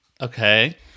Okay